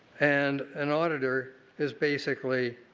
and an auditor is basically